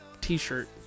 t-shirt